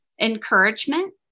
Encouragement